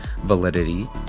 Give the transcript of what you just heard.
validity